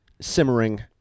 simmering